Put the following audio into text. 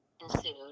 ensued